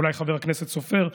אולי חבר הכנסת סופר,